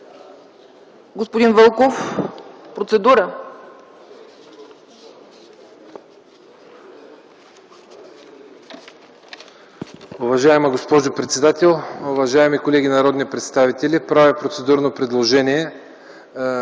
Господин Вълков – процедура.